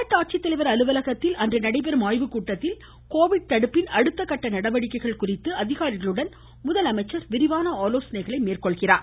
மாவட்ட ஆட்சித்தலைவர் அலுவலகத்தில் நடைபெறும் ஆய்வுக் கூட்டத்தில் கோவிட் தடுப்பின் அடுத்தக்கட்ட நடவடிக்கைகள் தொடர்பாக அதிகாரிகளுடன் விரிவான ஆலோசனை மேற்கொள்கிறார்